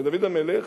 ודוד המלך